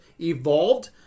evolved